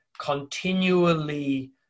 continually